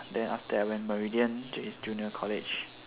then after that I went meridian junior college